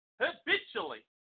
habitually